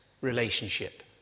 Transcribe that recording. relationship